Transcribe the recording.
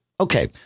Okay